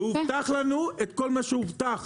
והובטח לנו את כל מה שהובטח.